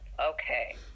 Okay